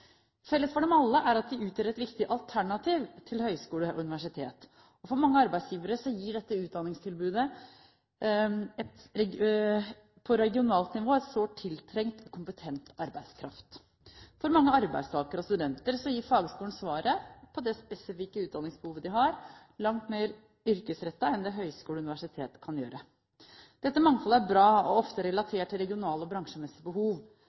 Felles for dem alle er at de utgjør et viktig alternativ til høyskole og universitet. For mange arbeidsgivere gir dette utdanningstilbudet på regionalt nivå sårt tiltrengt, kompetent arbeidskraft, og for mange arbeidstakere og studenter gir fagskolen svaret på det spesifikke utdanningsbehovet de har – langt mer yrkesrettet enn det høyskole og universitet kan gjøre. Dette mangfoldet er bra og ofte relatert til regionale og bransjemessige behov.